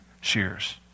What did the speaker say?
shears